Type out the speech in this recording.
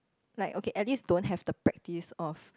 like okay at least don't have the practice of